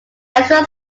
extra